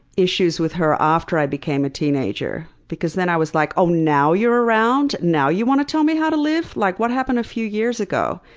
issues with her after i became a teenager. because then i was like, oh now you're around? now you want to tell me how to live? like what happened a few years ago?